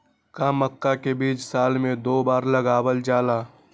का मक्का के बीज साल में दो बार लगावल जला?